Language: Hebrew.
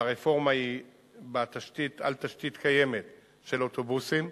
כשהרפורמה היא על תשתית קיימת של אוטובוסים,